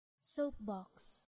Soapbox